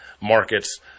markets